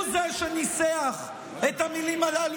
הוא זה שניסח את המילים הללו